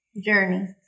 journey